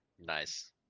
Nice